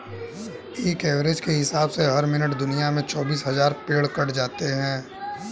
एक एवरेज के हिसाब से हर मिनट दुनिया में चौबीस हज़ार पेड़ कट जाते हैं